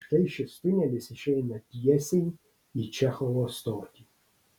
štai šis tunelis išeina tiesiai į čechovo stotį